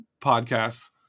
podcasts